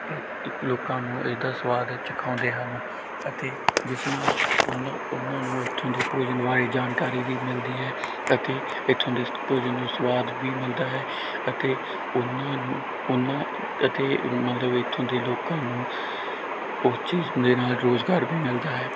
ਲੋਕਾਂ ਨੂੰ ਇਹਦਾ ਸਵਾਦ ਚਖਾਉਂਦੇ ਹਨ ਅਤੇ ਜਿਸ ਨਾਲ ਉਨ੍ਹਾਂ ਉਨ੍ਹਾਂ ਨੂੰ ਇੱਥੋਂ ਦੇ ਭੋਜਨ ਬਾਰੇ ਜਾਣਕਾਰੀ ਵੀ ਮਿਲਦੀ ਹੈ ਅਤੇ ਇੱਥੋਂ ਦੇ ਭੋਜਨ ਨੂੰ ਸੁਆਦ ਵੀ ਮਿਲਦਾ ਹੈ ਅਤੇ ਉਨ੍ਹਾਂ ਨੂੰ ਉਨ੍ਹਾਂ ਅਤੇ ਮਤਲਬ ਇੱਥੋਂ ਦੇ ਲੋਕਾਂ ਨੂੰ ਉਸ ਚੀਜ਼ ਦੇ ਨਾਲ ਰੁਜ਼ਗਾਰ ਵੀ ਮਿਲਦਾ ਹੈ